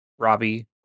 Robbie